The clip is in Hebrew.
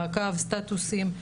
מעקב סטטוסים.